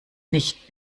nicht